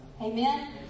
Amen